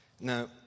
Now